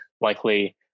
likely